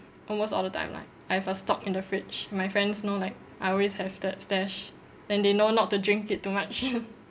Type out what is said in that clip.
almost all the time like I've a stock in the fridge my friends know like I always have that stash and they know not to drink it too much